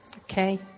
Okay